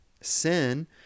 Sin